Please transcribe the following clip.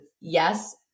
yes